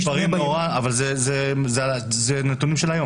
אבל זה נתונים מהיום.